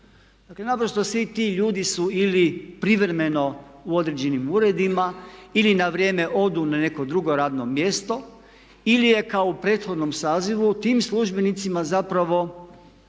Dakle, naprosto svi ti ljudi su ili privremeno u određenim uredima ili na vrijeme odu na neko drugo radno mjesto ili je kao u prethodnom sazivu tim službenicima zapravo